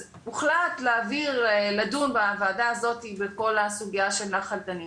אז הוחלט לדון בוועדה הזאת בכל הסוגיה של נחל תנינים.